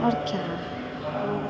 आओर क्या